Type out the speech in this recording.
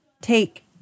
take